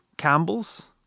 Campbell's